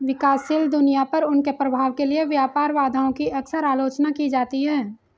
विकासशील दुनिया पर उनके प्रभाव के लिए व्यापार बाधाओं की अक्सर आलोचना की जाती है